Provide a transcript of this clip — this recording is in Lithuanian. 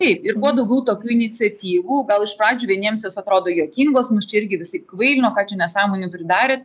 taip ir kuo daugiau tokių iniciatyvų gal iš pradžių vieniems jos atrodo juokingos mus čia irgi visaip kvailino ką čia nesąmonių pridarėt